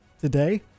today